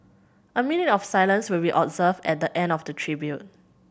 a minute of silence will be observed at the end of the tribute